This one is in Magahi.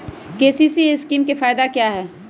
के.सी.सी स्कीम का फायदा क्या है?